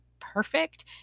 perfect